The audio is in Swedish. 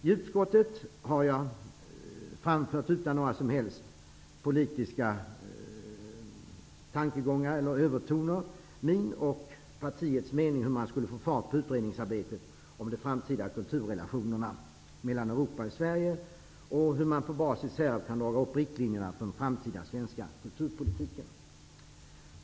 I utskottet har jag utan några som helst politiska övertoner framfört min och partiets mening om hur man skulle få fart på utredningsarbetet om de framtida kulturrelationerna mellan Europa och Sverige och hur man på basis härav kan dra upp riktlinjerna för den framtida svenska kulturpolitiken.